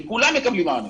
וכולם מקבלים מענה.